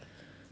ya